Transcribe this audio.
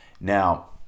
Now